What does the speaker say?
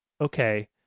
okay